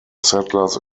settlers